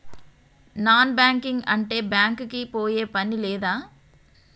Non banking అంటే bank కి పోయే పని లేదా?